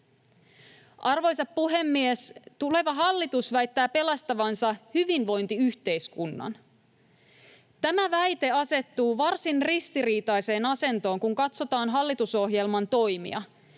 Arvoisa puhemies! Tuleva hallitus väittää pelastavansa hyvinvointiyhteiskunnan. Tämä väite asettuu varsin ristiriitaiseen asentoon, kun katsotaan hallitusohjelman toimia: